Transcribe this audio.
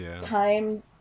time